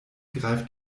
greift